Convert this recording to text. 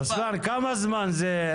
רוסלאן, כמה זמן זה?